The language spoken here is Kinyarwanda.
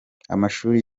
amashure